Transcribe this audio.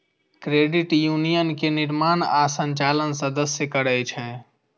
credit union के निर्माण आ संचालन सदस्ये करै छै